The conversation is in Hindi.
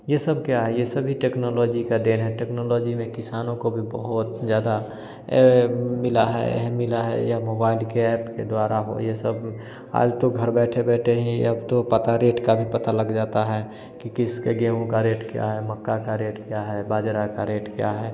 यह सब क्या है यह सब भी टेक्नोलॉजी की देन है टेक्नोलॉजी ने किसानों को भी बहुत ज़्यादा मिला है यह मिला है यह भगवान के ऐत के द्वारा हो यह सब आज तो घर बैठे बैठे ही अब तो पता रेट का भी पता लग जाता है कि किसके गेहूँ का रेट क्या है मक्के का रेट क्या है बाजरे का रेट क्या है